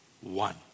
one